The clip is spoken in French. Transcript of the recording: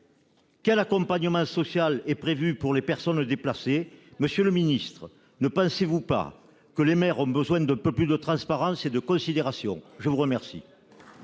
Quel accompagnement social est-il prévu pour les personnes déplacées ? Monsieur le ministre, ne pensez-vous pas que les maires ont besoin d'un peu plus de transparence et de considération ? La parole